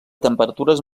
temperatures